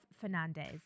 Fernandez